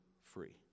free